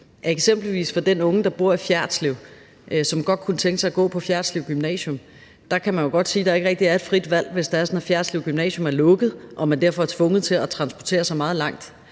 eksempelvis den unge, der bor i Fjerritslev, og som godt kunne tænke sig at gå på Fjerritslev Gymnasium, er der ikke rigtig et frit valg, hvis det er sådan, at Fjerritslev Gymnasium er lukket, og man derfor er tvunget til at transportere sig meget langt